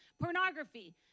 pornography